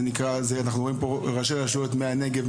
אנחנו רואים פה ראשי רשויות מהנגב,